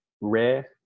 rare